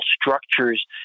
structures